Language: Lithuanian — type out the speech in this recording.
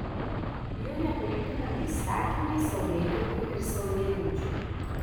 jo nepajudinami įstatymai saulėtekiui ir saulėlydžiui